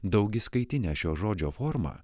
daugiskaitinę šio žodžio formą